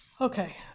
Okay